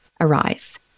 arise